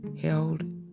held